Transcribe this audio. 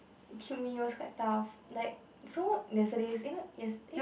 it killed me it was quite tough like so yesterday's eh